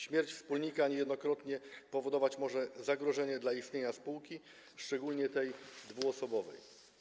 Śmierć wspólnika niejednokrotnie powodować może zagrożenie dla istnienia spółki, szczególnie tej dwuosobowej.